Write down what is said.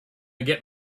get